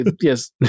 Yes